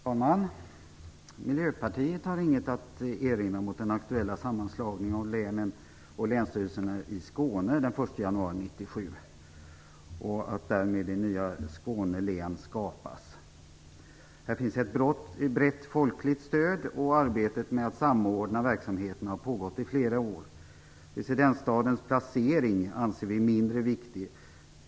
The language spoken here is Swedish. Fru talman! Miljöpartiet har ingenting att erinra mot den aktuella sammanslagningen av länen och länsstyrelserna i Skåne den 1 januari 1997 och därmed att det nya Skåne län skapas. Här finns ett brett folkligt stöd, och arbetet med att samordna verksamheter har pågått i flera år. Residensstadens placering anser vi mindre viktig.